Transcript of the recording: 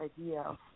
idea